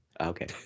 Okay